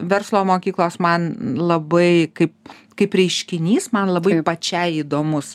verslo mokyklos man labai kaip kaip reiškinys man labai pačiai įdomus